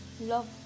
love